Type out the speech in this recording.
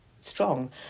strong